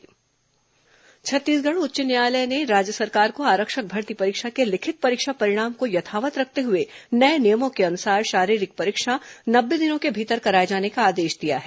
high court आरक्षक भर्ती छत्तीसगढ़ उच्च न्यायालय ने राज्य सरकार को आरक्षक भर्ती परीक्षा के लिखित परीक्षा परिणाम को यथावत् रखते हुए नए नियमों के अनुसार शारीरिक परीक्षा नब्बे दिनों के भीतर कराए जाने का आदेश दिया है